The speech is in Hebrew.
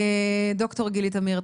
ד"ר גילי תמיר,